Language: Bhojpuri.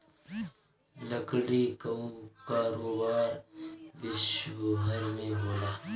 लकड़ी कअ कारोबार विश्वभर में होला